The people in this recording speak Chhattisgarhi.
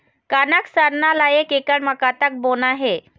कनक सरना ला एक एकड़ म कतक बोना हे?